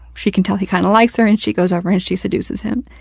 she can tell he kind of likes her and she goes over and she seduces him.